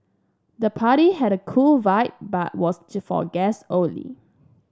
the party had a cool vibe but was to for guests only